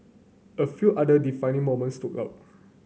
a few other defining moments stood out